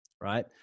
right